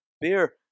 Beer